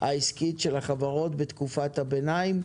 העסקית של החברות בתקופת הביניים.